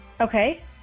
Okay